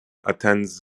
attends